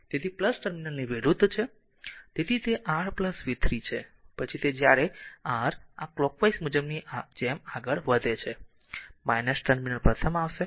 તેથી ટર્મિનલ ની વિરુદ્ધ છે તેથી તે r v 3 છે પછી તે છે જ્યારે r આ કલોકવાઈઝ મુજબની જેમ આગળ વધે છે ટર્મિનલ પ્રથમ આવશે